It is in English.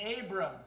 Abram